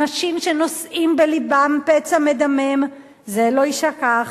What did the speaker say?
אנשים שנושאים בלבם פצע מדמם, זה לא יישכח,